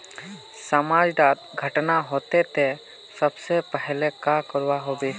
समाज डात घटना होते ते सबसे पहले का करवा होबे?